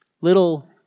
little